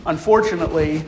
Unfortunately